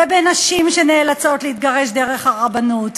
ואני אומרת לכם שבאופן הזה ממאיסים את היהדות על היהודים,